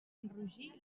enrogir